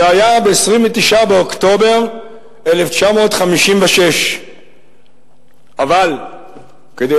זה היה ב-29 באוקטובר 1956. אבל כדי